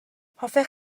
hoffech